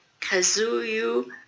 Kazuyu